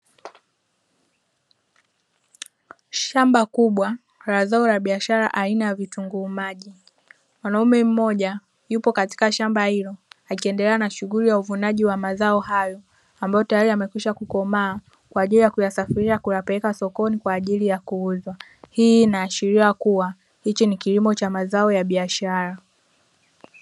Shamba kubwa la zao la biashara aina ya vitunguu maji, mwanaume mmoja yupo katika shamba hilo akiendelea na shughuli ya uvunaji wa mazao hayo ambayo tayari yamekwisha kukomaa kwa ajili ya kuyasafirisha kuyapeleka sokoni kwa ajili ya kuuzwa. Hii inaashiria kuwa hichi ni kilimo cha mazao ya biashara.